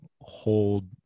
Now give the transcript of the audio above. hold